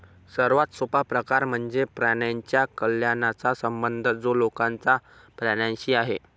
सर्वात सोपा प्रकार म्हणजे प्राण्यांच्या कल्याणाचा संबंध जो लोकांचा प्राण्यांशी आहे